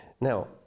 Now